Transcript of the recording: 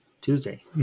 Tuesday